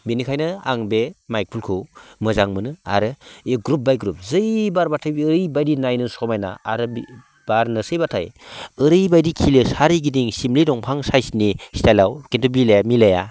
बेनिखायनो आं बे माइक फुलखौ मोजां मोनो आरो बे ग्रुप बाय ग्रुप जै बारबाथाय बेयो ओरैबायदि नायनो समायना आरो बारनोसैबाथाय ओरैबायदि खिलियो सोरगिदिं सिमलि दंफां साइसनि स्टाइलाव किन्तु बिलाइआ मिलाया